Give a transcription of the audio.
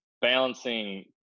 balancing